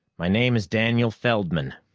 my name is daniel feldman.